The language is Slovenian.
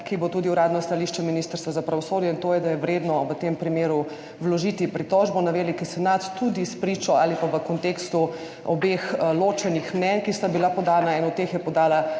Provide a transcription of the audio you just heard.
ki bo tudi uradno stališče Ministrstva za pravosodje, in to je, da je vredno v tem primeru vložiti pritožbo na veliki senat tudi spričo ali pa v kontekstu obeh ločenih mnenj, ki sta bili podani.